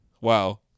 wow